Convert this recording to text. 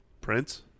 Prince